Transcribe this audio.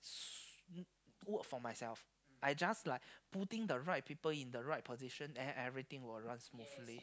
so work for myself I just like putting the right people in the right position and everything will run smoothly